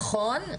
נכון,